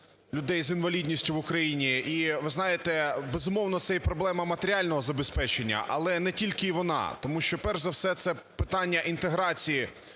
людей з інвалідністю в Україні. І ви знаєте, безумовно, це і проблема матеріального забезпечення, але не тільки вона, тому що перш за все це питання інтеграції